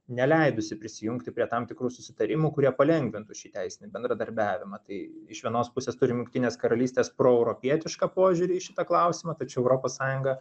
neleidusi prisijungti prie tam tikrų susitarimų kurie palengvintų šį teisinį bendradarbiavimą tai iš vienos pusės turim jungtinės karalystės proeuropietišką požiūrį į šitą klausimą tačiau europos sąjunga